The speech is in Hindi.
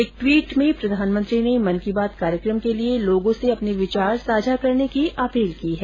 एक ट्वीट में प्रधानमंत्री ने मन की बात कार्यक्रम के लिए लोगों से अपने विचार साझा करने की अपील की है